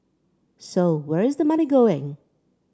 so where is the money going